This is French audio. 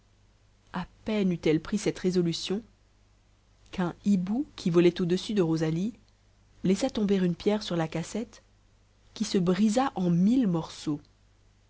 a peine eut-elle pris cette résolution qu'un hibou qui volait au-dessus de rosalie laissa tomber une pierre sur la cassette qui se brisa en mille morceaux